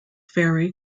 ferry